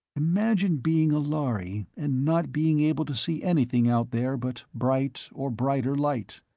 imagine being a lhari and not being able to see anything out there but bright or brighter light.